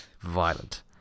violent